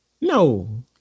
No